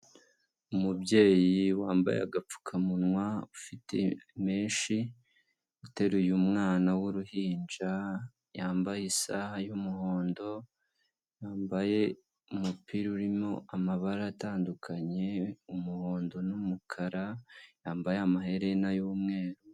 Umubyeyi wambaye agapfukamunwa ufite menshi uteruye umwana w'uruhinja, yambaye isaha y'umuhondo, yambaye umupira urimo amabara atandukanye umuhondo n'umukara yambaye amaherena y'umweru.